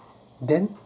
then